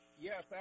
Yes